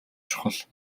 чухал